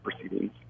proceedings